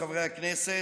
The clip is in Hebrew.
הכנסת,